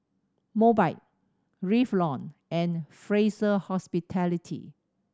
Mobike Revlon and Fraser Hospitality